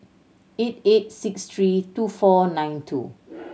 eight eight six three two four nine two